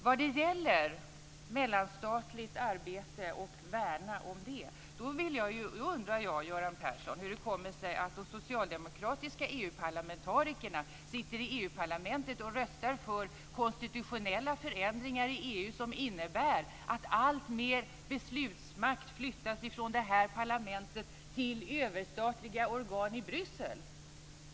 Vad gäller mellanstatligt arbete och att värna om det undrar jag, Göran Persson, hur det kommer sig att de socialdemokratiska EU-parlamentarikerna sitter i EU-parlamentet och röstar för konstitutionella förändringar i EU som innebär att alltmer beslutsmakt flyttas från det här parlamentet till överstatliga organ i Bryssel.